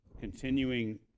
continuing